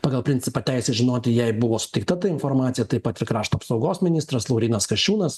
pagal principą teisė žinoti jai buvo suteikta ta informacija taip pat ir krašto apsaugos ministras laurynas kasčiūnas